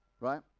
Right